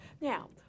now